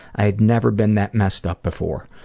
i had never been that messed up before,